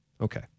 Okay